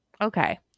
Okay